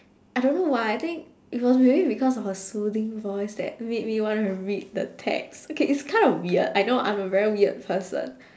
I don't know why I think it was maybe because of her soothing voice that made me wanna read the text okay it's kind of weird I know I'm a very weird person